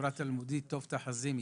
אמרה תלמודית: "טוב תחזי מתשמע"